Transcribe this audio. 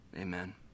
Amen